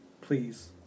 please